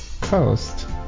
Coast